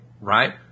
right